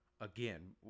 again